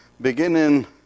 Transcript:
beginning